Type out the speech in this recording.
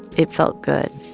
it felt good